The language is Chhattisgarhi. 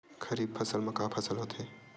खरीफ फसल मा का का फसल होथे?